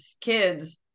kids